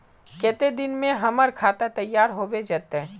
केते दिन में हमर खाता तैयार होबे जते?